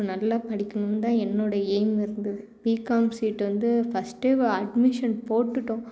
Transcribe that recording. நல்லா படிக்கணும்னு தான் என்னோட எய்மு இருந்தது பிகாம் சீட் வந்து ஃபர்ஸ்ட்டு அட்மிஷன் போட்டுட்டோம்